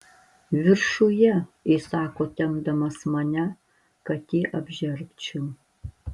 viršuje įsako tempdamas mane kad jį apžergčiau